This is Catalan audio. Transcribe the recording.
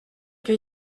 què